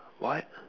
what